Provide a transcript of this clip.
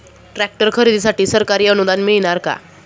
Tractor खरेदीसाठी सरकारी अनुदान मिळणार का?